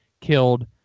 killed